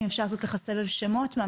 נעשה סבב שמות.